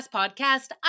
podcast